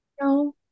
No